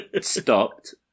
stopped